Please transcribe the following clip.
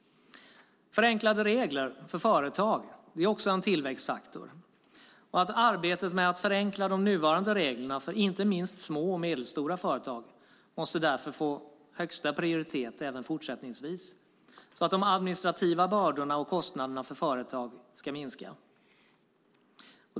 Förenklade regler för företag är också en tillväxtfaktor. Arbetet med att förenkla de nuvarande reglerna för inte minst små och medelstora företag måste därför ha högsta prioritet även fortsättningsvis, så att de administrativa bördorna och kostnaderna för företagen ska minska.